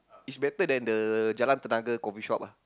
is better than the Jalan-Tenaga coffeeshop